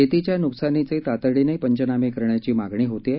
शेतीच्या नुकसानीचे तातडीनं पंचनामे करण्याची मागणी होतं आहे